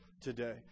today